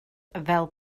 fel